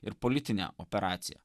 ir politinę operaciją